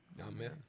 Amen